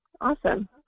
Awesome